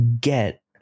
get